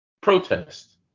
Protest